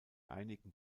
einigen